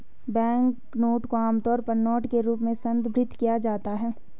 banknote को आमतौर पर नोट के रूप में संदर्भित किया जाता है